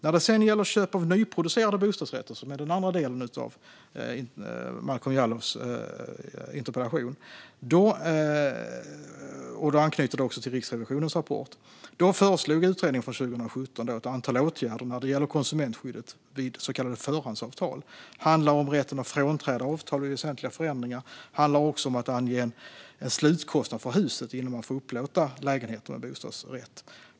När det gäller köp av nyproducerade bostadsrätter - detta är den andra delen av Malcolm Jallows interpellation och anknyter till Riksrevisionens rapport - föreslog utredningen från 2017 ett antal åtgärder gällande konsumentskyddet vid så kallade förhandsavtal. Det handlar om rätten att frånträda avtal vid väsentliga förändringar. Det handlar också om att ange en slutkostnad för huset innan man får upplåta lägenheter med bostadsrätt.